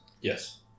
yes